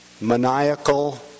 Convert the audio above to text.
maniacal